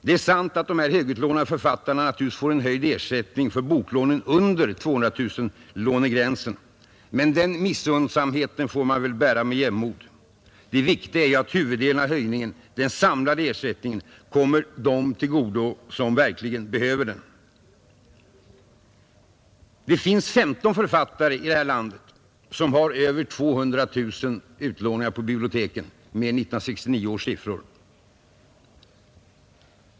Det är sant att de högutlånade författarna får en höjd ersättning för boklånen under 200 000-lånegränsen, men den missunsamheten får man väl bära med jämnmod. Det viktiga är att huvuddelen av höjningen, den samlade ersättningen, kommer dem till godo som verkligen behöver den. Den finns 15 författare här i landet som har över 200 000 utlåningar per år enligt 1969 års siffror.